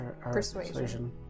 Persuasion